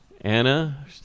Anna